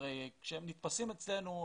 כשהם נתפסים אצלנו,